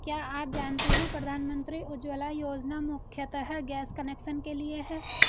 क्या आप जानते है प्रधानमंत्री उज्ज्वला योजना मुख्यतः गैस कनेक्शन के लिए है?